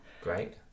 Great